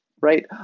Right